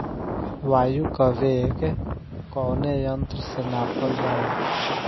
वायु क वेग कवने यंत्र से नापल जाला?